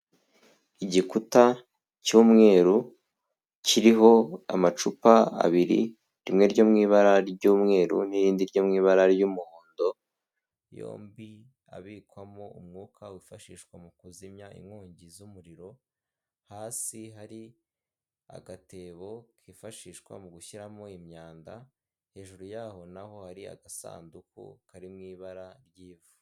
Igikuta cy'umweru kiriho amacupa abiri rimwe ryo mu ibara ry'umweru n'irindi ryo mu ibara ry'umuhondo, yombi abikwamo umwuka wifashishwa mu kuzimya inkongi z'umuriro, hasi hari agatebo kifashishwa mu gushyiramo imyanda, hejuru yaho naho hari agasanduku kari mu ibara ry'ivu.